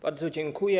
Bardzo dziękuję.